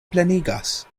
plenigas